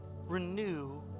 renew